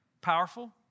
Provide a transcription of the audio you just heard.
powerful